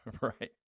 Right